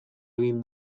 egin